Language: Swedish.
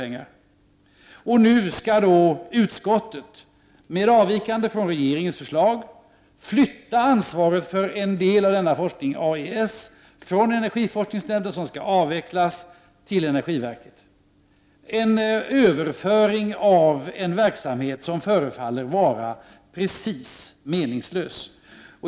Nu skall utskottet, med avvikande från regeringens förslag, flytta ansvaret för en del av denna forskning, AES, från energiforskningsnämnden, som skall avvecklas, till energiverket. Detta är en överföring av en verksamhet som förefaller vara precis meningslös.